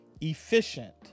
efficient